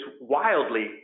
wildly